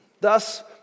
Thus